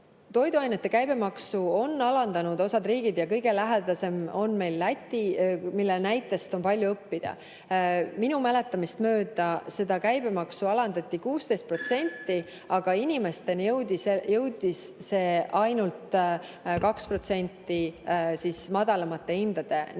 Toiduainete käibemaksu on alandanud osad riigid. Kõige lähem meile on Läti, kelle näitest on palju õppida. Minu mäletamist mööda seda käibemaksu alandati 16%, aga inimesteni jõudis see ainult 2% madalamate hindade näol.